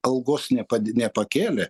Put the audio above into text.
algos nepadidi nepakėlė